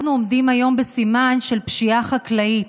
אנחנו עומדים היום בסימן של פשיעה חקלאית.